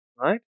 right